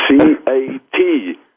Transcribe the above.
C-A-T